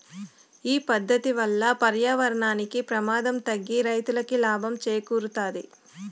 ఈ పద్దతి వల్ల పర్యావరణానికి ప్రమాదం తగ్గి రైతులకి లాభం చేకూరుతాది